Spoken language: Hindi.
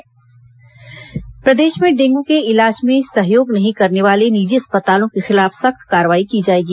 डेंगू अजय चंद्राकर प्रदेश में डेंगू के इलाज में सहयोग नहीं करने वाले निजी अस्पतालों के खिलाफ सख्त कार्रवाई की जाएगी